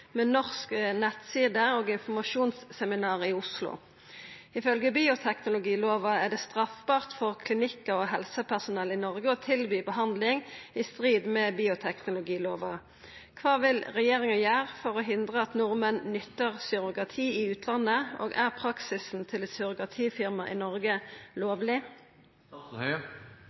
med norsk nettside og informasjonsseminar i Oslo. Ifølgje bioteknologilova er det straffbart for klinikkar og helsepersonell i Noreg å tilby behandling i strid med bioteknologilova. Kva vil regjeringa gjere for å hindre at nordmenn nyttar surrogati i utlandet, og er praksisen til surrogatifirma i Noreg lovleg?»